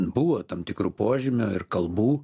buvo tam tikrų požymių ir kalbų